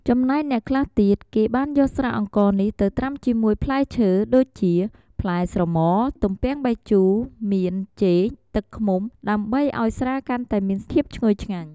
ចំណែកអ្នកខ្លះទៀតគេបានយកស្រាអង្ករនេះទៅត្រាំជាមួយផ្លែឈើដូចជា ផ្លែស្រម៉ ទំពាំងបាយជូរ មាន ចេក ទឹកឃ្មុំដើម្បីឲ្យស្រាកាន់តែមានភាពឈ្ងុយឆ្ងាញ់។